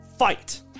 Fight